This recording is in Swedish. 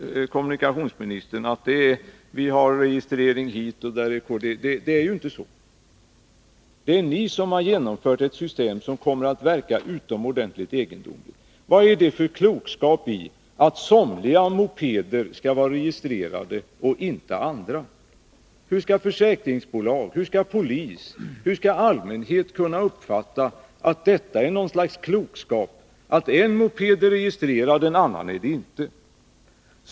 Kommunikationsministern säger att vi vill ha registrering hit och registrering dit. Men det är inte så. Det är ni som har genomfört ett system, som kommer att verka utomordentligt egendomligt. Vad är det för klokskap i att somliga mopeder skall vara registrerade men inte andra? Hur skall försäkringsbolagen, polisen och allmänheten kunna uppfatta att det är något slags klokskap att en moped är registrerad men en annan inte?